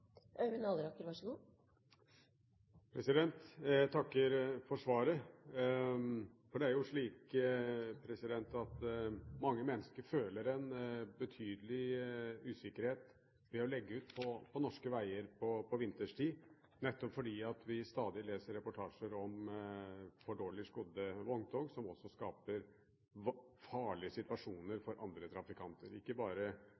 svaret. Det er jo slik at mange mennesker føler en betydelig usikkerhet ved å legge ut på norske veger på vinterstid, nettopp fordi vi stadig leser reportasjer om for dårlig skodde vogntog som også skaper farlige situasjoner for andre trafikanter. Ikke bare